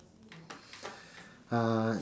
uh